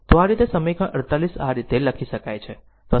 તો આ રીતે આ સમીકરણ 48 આ રીતે લખી શકાય છે